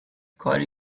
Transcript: کاری